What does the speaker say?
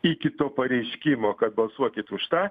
iki to pareiškimo kad balsuokit už tą